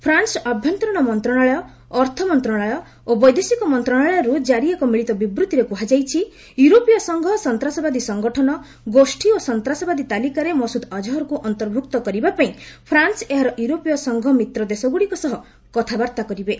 France ଆଭ୍ୟନ୍ତରୀଣ ମନ୍ତ୍ରଣାଳୟ ଅର୍ଥ ମନ୍ତ୍ରଣାଳୟ ଓ ବୈଦେଶିକ ମନ୍ତ୍ରଣାଳୟରୁ ଜାରି ଏକ ମିଳିତ ବିବୃତ୍ତିରେ କୁହାଯାଇଛି ୟୁରୋପୀୟ ସଂଘ ସନ୍ତାସବାଦୀ ସଂଗଠନ ଗୋଷ୍ଠୀ ଓ ସନ୍ତାସବାଦୀ ତାଲିକାରେ ମସୁଦ୍ ଅଜ୍ଚହରକୁ ଅନ୍ତର୍ଭୁକ୍ତ କରିବା ପାଇଁ ଫ୍ରାନସ୍ ଏହାର ୟୁରୋପୀୟ ସଂଘ ମିତ୍ର ଦେଶଗୁଡ଼ିକ ସହ କଥାବାର୍ତ୍ତା କରିବେ